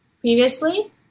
previously